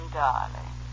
darling